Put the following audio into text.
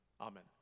Amen